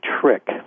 trick